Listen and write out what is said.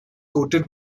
coated